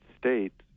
States